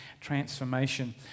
transformation